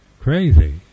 crazy